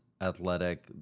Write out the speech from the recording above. athletic